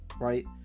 Right